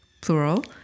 plural